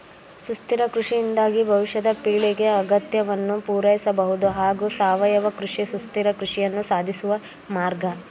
ಸುಸ್ಥಿರ ಕೃಷಿಯಿಂದಾಗಿ ಭವಿಷ್ಯದ ಪೀಳಿಗೆ ಅಗತ್ಯವನ್ನು ಪೂರೈಸಬಹುದು ಹಾಗೂ ಸಾವಯವ ಕೃಷಿ ಸುಸ್ಥಿರ ಕೃಷಿಯನ್ನು ಸಾಧಿಸುವ ಮಾರ್ಗ